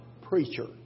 Preacher